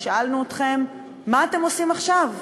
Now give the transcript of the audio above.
ושאלנו אתכם: מה אתם עושים עכשיו?